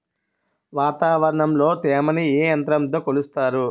వాతావరణంలో తేమని ఏ యంత్రంతో కొలుస్తారు?